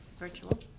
Virtual